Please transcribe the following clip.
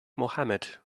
mohamed